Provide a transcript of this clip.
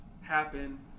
happen